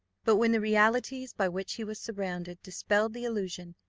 but when the realities by which he was surrounded dispelled the illusion,